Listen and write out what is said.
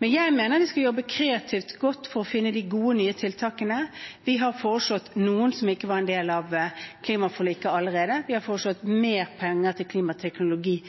Jeg mener vi skal jobbe godt kreativt for å finne de gode nye tiltakene. Vi har foreslått noen som ikke var en del av klimaforliket allerede, vi har foreslått mer penger til